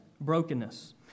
brokenness